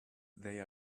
they